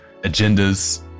agendas